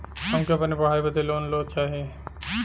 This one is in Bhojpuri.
हमके अपने पढ़ाई बदे लोन लो चाही?